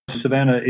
Savannah